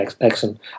excellent